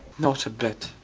not a bit.